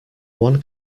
one